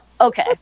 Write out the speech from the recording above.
okay